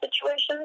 situations